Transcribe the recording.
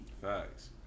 Facts